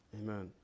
amen